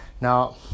now